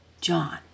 John